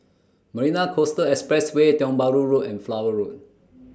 Marina Coastal Expressway Tiong Bahru Road and Flower Road